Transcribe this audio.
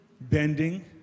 bending